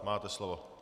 Máte slovo.